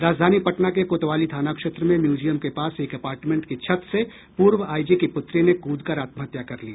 राजधानी पटना के कोतवाली थाना क्षेत्र में म्यूजियम के पास एक अपार्टमेंट की छत से पूर्व आईजी की पूत्री ने कूदकर आत्महत्या कर ली